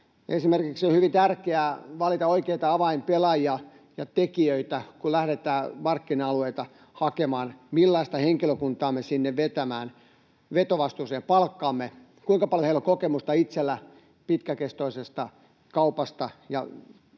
esimerkiksi valita oikeita avainpelaajia ja tekijöitä, kun lähdetään markkina-alueita hakemaan: millaista henkilökuntaa me sinne vetovastuuseen palkkaamme, kuinka paljon heillä itsellään on kokemusta pitkäkestoisesta kaupasta ja